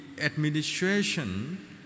administration